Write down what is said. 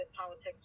politics